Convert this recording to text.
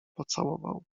pocałował